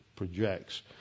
Projects